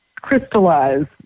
crystallize